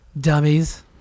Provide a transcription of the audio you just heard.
Dummies